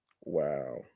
wow